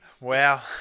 Wow